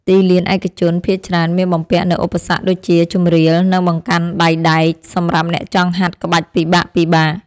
ទីលានឯកជនភាគច្រើនមានបំពាក់នូវឧបសគ្គដូចជា ជម្រាល និងបង្កាន់ដៃដែក សម្រាប់អ្នកចង់ហាត់ក្បាច់ពិបាកៗ។